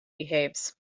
behaves